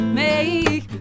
make